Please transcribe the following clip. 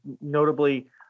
notably